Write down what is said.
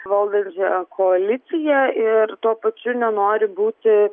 valdančiąja koalicija ir tuo pačiu nenori būti